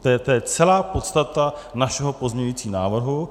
To je celá podstata našeho pozměňujícího návrhu.